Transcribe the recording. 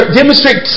demonstrate